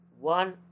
one